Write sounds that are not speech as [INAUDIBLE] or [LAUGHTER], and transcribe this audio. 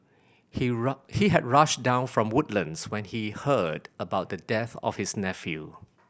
he [UNINTELLIGIBLE] he had rushed down from Woodlands when he heard about the death of his nephew